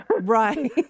Right